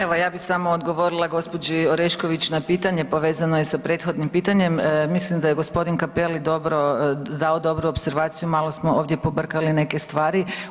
Evo ja bi samo odgovorila gospođi Orešković na pitanje povezano je sa prethodnim pitanjem, mislim da gospodin Cappelli dao dobru opservaciju, malo smo ovdje pobrkali neke stvari.